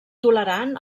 tolerant